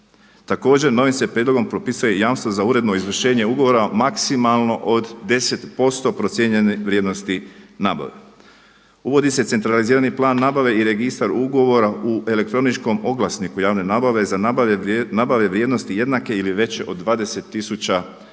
Također, novim se prijedlogom propisuje i jamstvo za uredno izvršenje ugovora maksimalno od 10% procijenjene vrijednosti nabave. Uvodi se centralizirani plan nabave i registar ugovora u elektroničkom oglasniku javne nabave za nabave vrijednosti jednake ili veće od 20 tisuća